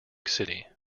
city